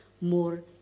more